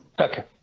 Okay